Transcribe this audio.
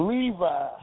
Levi